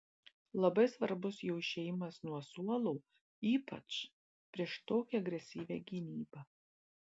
labai svarbus jo išėjimas nuo suolo ypač prieš tokią agresyvią gynybą